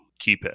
keypad